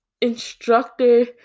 instructor